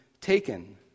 taken